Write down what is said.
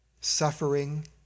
suffering